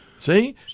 See